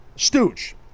Stooge